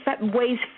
ways